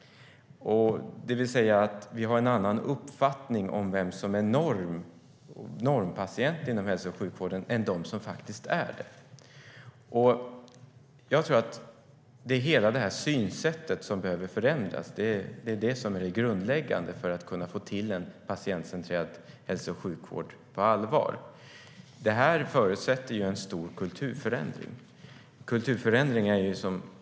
Vi har alltså en annan uppfattning om vem som är normpatient inom hälso och sjukvården än de som faktiskt är det. Hela synsättet behöver förändras. Det är grundläggande för att få till en patientcentrerad hälso och sjukvård på allvar. Det förutsätter en stor kulturförändring.